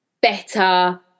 better